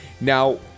Now